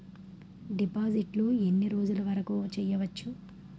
డిపాజిట్లు ఎన్ని రోజులు వరుకు చెయ్యవచ్చు?